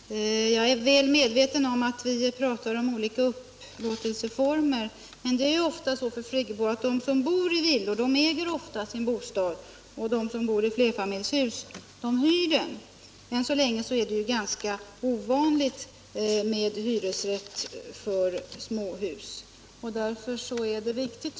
Nr 90 Herr talman! Jag är väl medveten om att vi pratar om olika upplå Fredagen den telseformer, men det är så, fru Friggebo, att de som bor i villor ofta — 18 mars 1977 äger sin bostad och de som i bor i flerfamiljshus hyr den. Än så länge —— är det ganska ovanligt med hyresrätt för småhus. Därför är det viktigt .